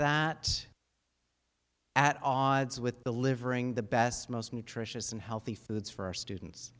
that at odds with delivering the best most nutritious and healthy foods for our students